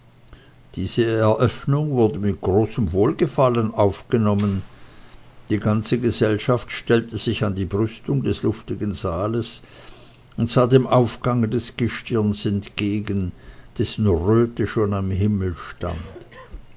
diese eröffnung wurde mit großem wohlgefallen aufgenommen die ganze gesellschaft stellte sich an die brüstung des luftigen saales und sah dem aufgange des gestirnes entgegen dessen röte schon am horizonte stand